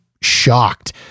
shocked